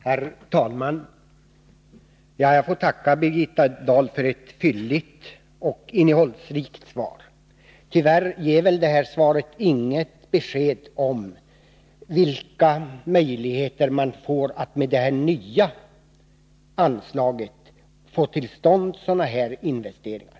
Herr talman! Jag tackar Birgitta Dahl för ett fylligt och innehållsrikt svar. Tyvärr ger väl inte detta svar något besked om vilka möjligheter det kommer att finnas att med det nya anslaget få till stånd sådana här investeringar.